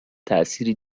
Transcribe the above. تاثیری